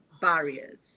barriers